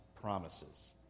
promises